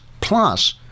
plus